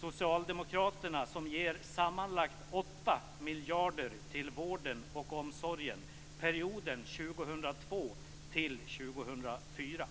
Socialdemokraterna som ger sammanlagt 8 miljarder till vården och omsorgen perioden 2002-2004.